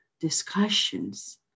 discussions